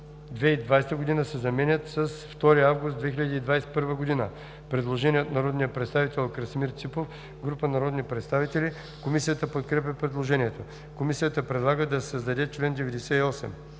2020 г.“ се заменят с „2 август 2021 г.“.“ Предложение от народния представител Красимир Ципов и група народни представители. Комисията подкрепя предложението. Комисията предлага да се създаде § 98: